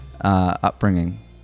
upbringing